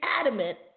adamant